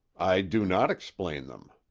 i do not explain them.